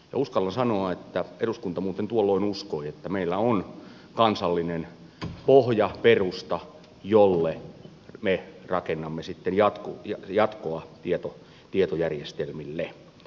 uskallan sanoa että eduskunta muuten tuolloin uskoi että meillä on kansallinen pohja perusta jolle me rakennamme sitten jatkoa tietojärjestelmille